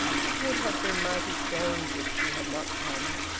it would have been mighty strange if she had not come.